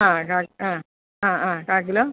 ആ കാ ആ ആ ആ കാൽ കിലോ